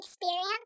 Experience